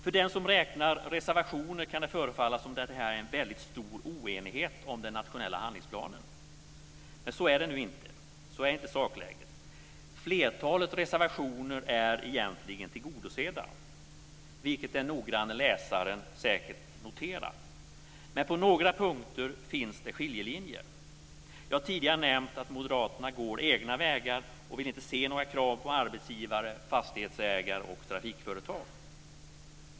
För den som räknar reservationer kan det förefalla som att det råder en väldigt stor oenighet om den nationella handlingsplanen. Så är det nu inte. Så är inte sakläget. Flertalet reservationer är egentligen tillgodosedda, vilket den noggranne läsaren säkert noterar. Men på några punkter finns det skiljelinjer. Jag har tidigare nämnt att moderaterna går egna vägar och inte vill se några krav på arbetsgivare, fastighetsägare och trafikföretag.